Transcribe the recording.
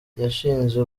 yashinze